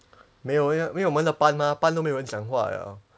没有因为我们的班嘛班都没有人讲话 liao